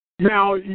Now